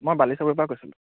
মই বালি চাবৰপা কৈছিলোঁ